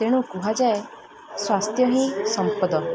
ତେଣୁ କୁହାଯାଏ ସ୍ୱାସ୍ଥ୍ୟ ହିଁ ସମ୍ପଦ